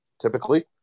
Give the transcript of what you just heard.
typically